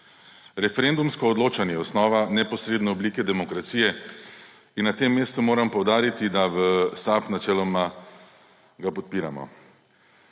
Referendumsko odločanje je osnova neposredne oblike demokracije in na tem mestu moram poudariti, da ga v SAB načeloma podpiramo.